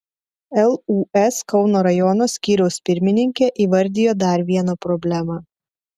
lūs kauno rajono skyriaus pirmininkė įvardijo dar vieną problemą